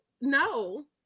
No